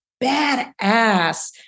badass